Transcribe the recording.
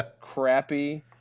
crappy